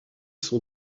sont